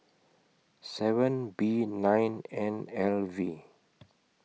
seven B nine N L V